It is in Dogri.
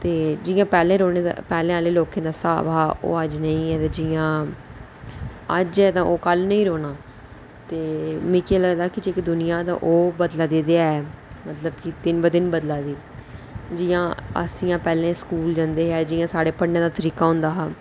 ते जि'यां पैह्लें लोकें दा जे स्हाब हा ओह् हून नेईं ऐ ते जि'यां अज्ज ऐ ते ओह् कल्ल निं रौह्ना ते मिगी लगदा ऐ जेह्की दुनिया ऐ ओह् बदलै दी ते ऐ मतलब कि दिन ब दिन बदलै दी जि'यां अस पैह्लें स्कूल जंदे हे साढ़ा प पढ़ने दा तरीका होंदा हा